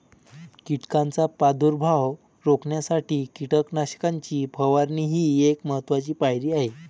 कीटकांचा प्रादुर्भाव रोखण्यासाठी कीटकनाशकांची फवारणी ही एक महत्त्वाची पायरी आहे